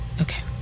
Okay